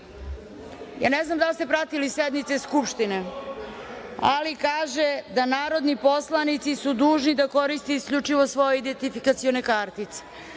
ja ne znam da li ste pratili sednice Skupštine, ali kaže – da su narodni poslanici dužni da koriste isključivo svoje identifikacione kartice.